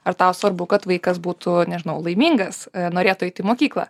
ar tau svarbu kad vaikas būtų nežinau laimingas ar norėtų eiti į mokyklą